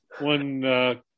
one